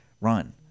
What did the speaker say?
run